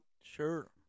Sure